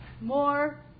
more